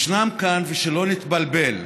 ישנם כאן, שלא נתבלבל,